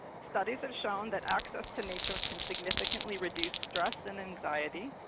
studies have shown that access to nature can significantly reduce stress and anxiety,